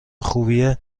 خوبیه